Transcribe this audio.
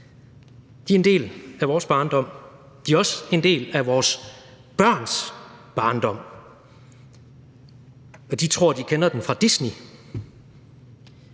er en del af vores barndom. De er også en del af vores børns barndom, og de tror, de kender dem fra Disney